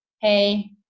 hey